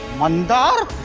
mandar!